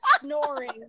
snoring